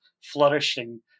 flourishing